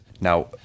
Now